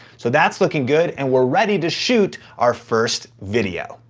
so that's looking good. and we're ready to shoot our first video.